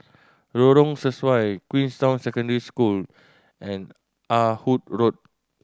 Lorong Sesuai Queensway Secondary School and Ah Hood Road